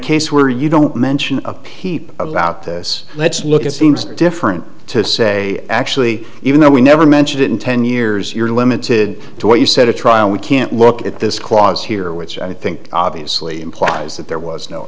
case where you don't mention a peep about this let's look at seems different to say actually even though we never mentioned it in ten years you're limited to what you said a trial we can't look at this clause here which i think obviously implies that there was no